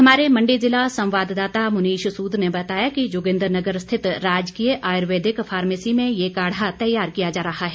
हमारे मंडी ज़िला संवाददाता मुनीष सूद ने बताया कि जोगिन्द्रनगर स्थित राजकीय आयुर्वेदिक फार्मेसी में ये काढ़ा तैयार किया जा रहा है